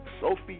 Sophie